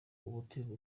umutima